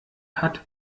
hat